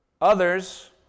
Others